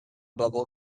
bubble